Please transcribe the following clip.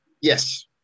yes